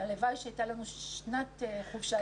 הלוואי שהייתה לנו שנת חופשת